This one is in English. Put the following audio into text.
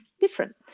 different